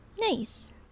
Nice